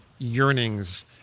yearnings